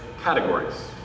categories